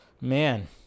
man